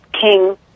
king